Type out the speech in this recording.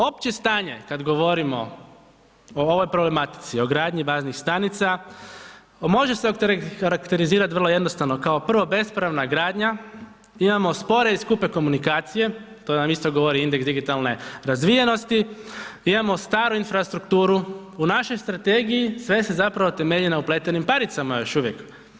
Opće stanje kad govorimo o ovoj problematici, o gradnji baznih stanica, može se okarakterizirati vrlo jednostavno, kao prvo, bespravna gradnja, imamo spore i skupe komunikacije, to nam isto govori indeks digitalne razvijenosti, imamo staru infrastrukturu, u našoj strategiji sve se zapravo temelji na upletenim paricama još uvijek.